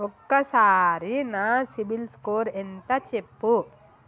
ఒక్కసారి నా CIBIL score ఎంత చెప్పు?